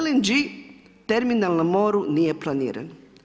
LNG terminal na moru nije planiran.